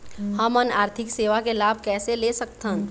हमन आरथिक सेवा के लाभ कैसे ले सकथन?